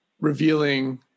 revealing